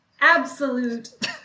absolute